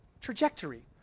trajectory